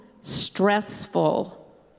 stressful